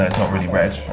not really red.